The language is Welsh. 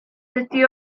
dydy